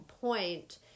point